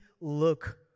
look